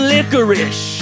Licorice